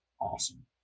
awesome